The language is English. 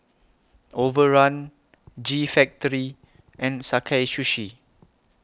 Overrun G Factory and Sakae Sushi